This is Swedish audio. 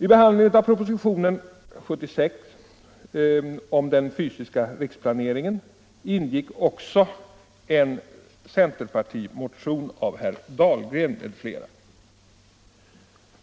I behandlingen av propositionen 76 om den fysiska riksplaneringen ingick också en centerpartimotion av herr Dahlgren m.fl.